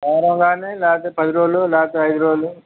వారం కానీ లేకపోతే పది రోజులు లేకపోతే ఐదు రోజులు